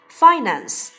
finance